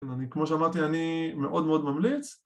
כמו שאמרתי אני מאוד מאוד ממליץ